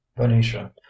venetia